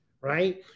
right